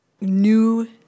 new